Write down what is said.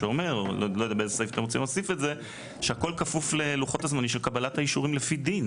שאומר שהכול כפוף ללוחות הזמנים של קבלת האישורים לפי דין,